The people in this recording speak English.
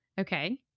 Okay